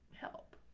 help